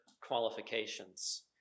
qualifications